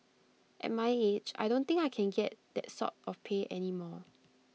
at my age I don't think I can get that sort of pay any more